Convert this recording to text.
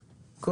נכון.